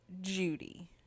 Judy